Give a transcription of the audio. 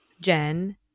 Jen